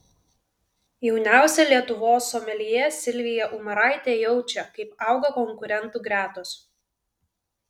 jauniausia lietuvos someljė silvija umaraitė jaučia kaip auga konkurentų gretos